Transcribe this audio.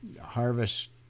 harvest